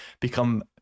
become